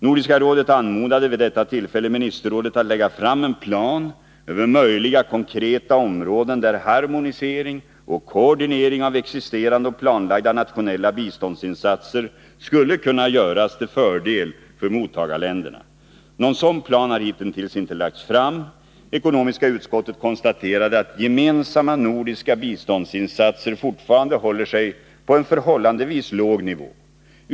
Nordiska rådet anmodade vid detta tillfälle ministerrådet att lägga fram en plan över möjliga konkreta områden, där harmonisering och koordinering av existerande och planlagda nationella biståndsinsatser skulle kunna göras till fördel för mottagarländerna. Någon sådan plan har hitintills inte lagts ftam. Ekonomiska utskottet konstaterade att gemensamma nordiska biståndsinsatser fortfarande håller sig på en förhållandevis låg nivå.